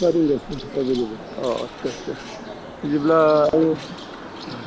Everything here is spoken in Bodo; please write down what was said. सारिथासिम एभेलेबेल अ आटसा आटसा बिदिब्ला आङो